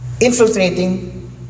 infiltrating